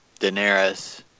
Daenerys